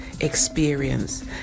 experience